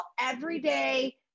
everyday